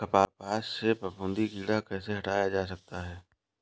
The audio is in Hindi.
कपास से फफूंदी कीड़ा कैसे हटाया जा सकता है?